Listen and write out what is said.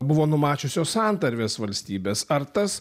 buvo numačiusios santarvės valstybės ar tas